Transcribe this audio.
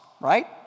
right